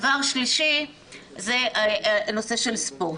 דבר שלישי זה נושא הספורט.